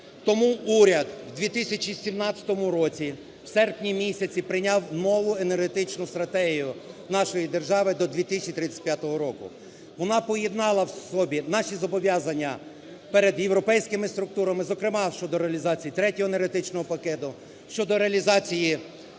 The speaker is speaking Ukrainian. Тому уряд в 2017 році, в серпні місяці, прийняв нову Енергетичну стратегію нашої держави до 2035 року. Вона поєднала в собі наші зобов'язання перед європейськими структурами. Зокрема, щодо реалізації Третього енергетичного пакету, щодо реалізації